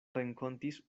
renkontis